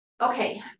okay